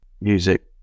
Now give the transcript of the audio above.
music